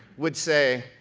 would say,